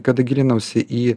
kada gilinausi į